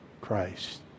Christ